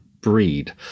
breed